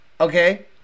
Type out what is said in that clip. okay